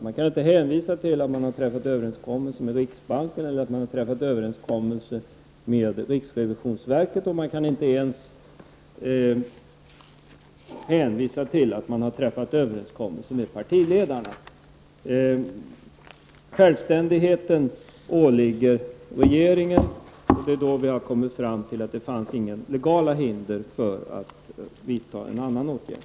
Man kan inte hänvisa till att överenskommelse har träffats med riksbanken eller med riksrevisionsverket. Man kan inte ens hänvisa till att överenskommelse har träffats med partiledarna. Självständighet är något som åligger regeringen. Vi har kommit fram till att det inte fanns några legala hinder för att vidta annan åtgärd.